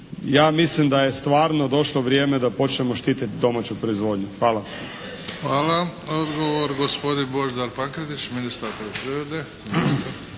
Ja mislim da je stvarno došlo vrijeme da počnemo štitit domaću proizvodnju. Hvala. **Bebić, Luka (HDZ)** Odgovor gospodin Božidar Pankretić, ministar poljoprivrede.